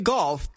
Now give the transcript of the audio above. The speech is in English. Golf